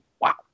wow